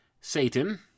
SATAN